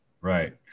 Right